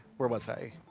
where was i?